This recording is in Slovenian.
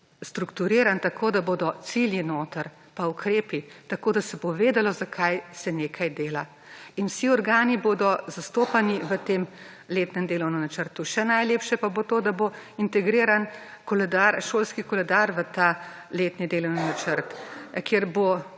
strukturiran tako, da bodo cilji notri, pa ukrepi, tako da se bo vedelo za kaj se nekaj dela. In vsi organi bodo zastopani v tem letnem delovnem načrtu, še najlepše pa bo to, da bo integriran koledar, šolski koledar v ta letni delovni načrt kjer bo